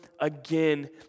again